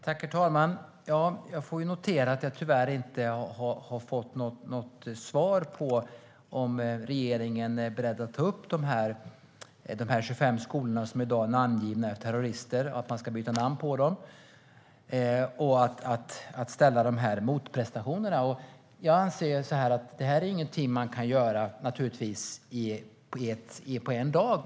Herr talman! Jag noterar att jag tyvärr inte har fått något svar på frågan om regeringen är beredd att ta upp de 25 skolor som i dag är namngivna efter terrorister, alltså att de bör byta namn, och ställa krav på motprestationer. Jag inser att detta naturligtvis inte är något man kan göra på en dag.